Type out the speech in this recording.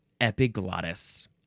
epiglottis